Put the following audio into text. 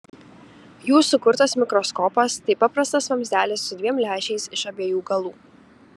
jų sukurtas mikroskopas tai paprastas vamzdelis su dviem lęšiais iš abiejų galų